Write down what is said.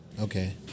Okay